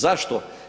Zašto?